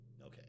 Okay